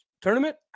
tournament